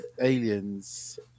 aliens